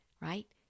right